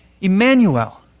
Emmanuel